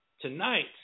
Tonight